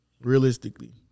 realistically